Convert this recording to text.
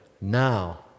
now